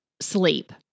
sleep